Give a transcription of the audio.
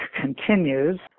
continues